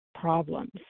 problems